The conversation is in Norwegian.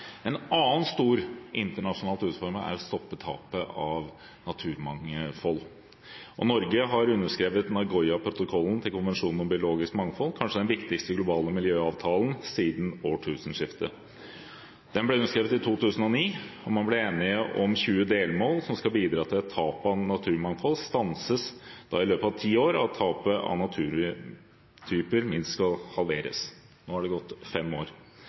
En annen stor internasjonal utfordring er å stoppe tapet av naturmangfold. Norge har underskrevet Nagoya-protokollen til konvensjonen om biologisk mangfold, kanskje den viktigste globale miljøavtalen siden årtusenskiftet. Den ble vedtatt i 2010, og man ble enig om 20 delmål som skal bidra til at tapet av naturmangfold stanses i løpet av ti år, og at tapet av naturtyper minst skal halveres. Nå har det gått fem år.